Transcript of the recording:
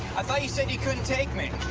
i thought you said you couldn't take me.